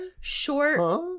short